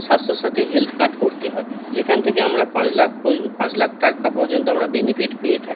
Swasthya Sathi health card করতে হয় যেখান থেকে আমরা পাঁচ লাখ পয পাঁচ লাখ টাকা পর্যন্ত আমরা বেনিফিট পেয়ে থাকি